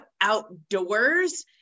outdoors